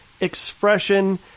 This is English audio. expression